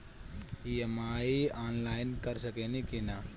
EMI online कर सकेनी की ना?